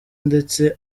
ndetse